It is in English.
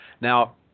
Now